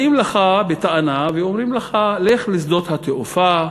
באים אליך בטענה ואומרים לך: לך לשדות התעופה,